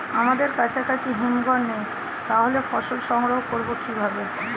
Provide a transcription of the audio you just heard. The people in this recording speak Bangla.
আমাদের কাছাকাছি হিমঘর নেই তাহলে ফসল সংগ্রহ করবো কিভাবে?